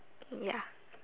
ya